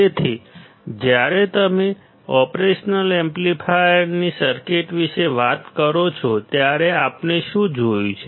તેથી જ્યારે તમે ઓપરેશનલ એમ્પ્લીફાયરની સર્કિટ વિશે વાત કરો છો ત્યારે આપણે શું જોયું છે